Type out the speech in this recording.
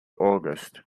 august